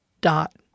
dot